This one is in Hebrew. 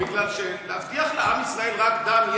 בגלל שלהבטיח לעם ישראל רק דם,